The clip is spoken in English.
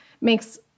makes